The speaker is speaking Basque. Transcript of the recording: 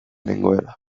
nengoela